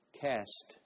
cast